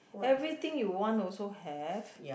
everything you want also have